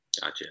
Gotcha